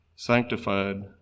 Sanctified